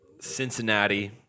Cincinnati